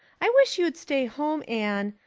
i wish you'd stay home, anne.